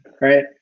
right